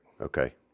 Okay